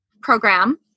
program